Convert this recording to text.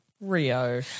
Rio